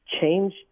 change